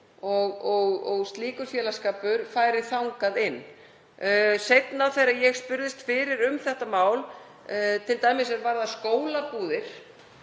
og slíkur félagsskapur færi þangað inn. Seinna þegar ég spurðist fyrir um þetta mál, t.d. er varðar skólabúðir,